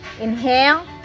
Inhale